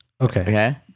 Okay